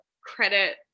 credit